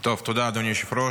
טוב, תודה, אדוני היושב-ראש.